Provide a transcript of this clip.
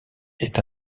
est